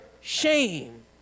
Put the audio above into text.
shame